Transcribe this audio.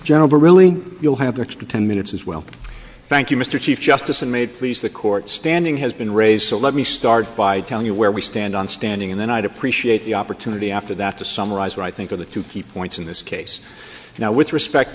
general but really you'll have the extra ten minutes as well thank you mr chief justice and made please the court standing has been raised so let me start by telling you where we stand on standing and then i'd appreciate the opportunity after that to summarize what i think are the two key points in this case